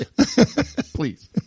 Please